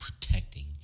protecting